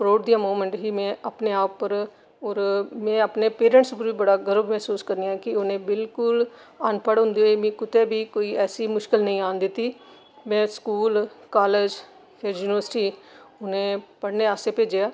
proud दियां movements हियां में अपने आप पर ओर में अपने पेरेंटस उप्पर बड्डा गर्व महसूस करनीआं कि उ'नें बिल्कुल अनपढ़ होंदे होई मिगी कुतै बी ऐसी कोई मुश्कल नेईं औन दित्ती में स्कूल कालेज फ्ही युनिवर्सिटी उनें पढ़ने आस्तै भेजेआ